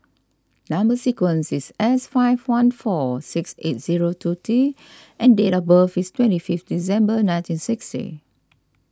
Number Sequence is S five one four six eight zero two T and date of birth is twenty fifth December ninety sixty